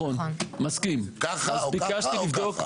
ככה או ככה.